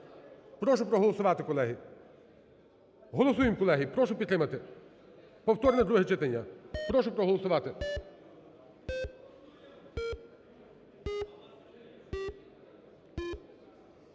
прошу проголосувати, колеги. Голосуємо, колеги! Прошу підтримати, повторне друге читання. Прошу проголосувати.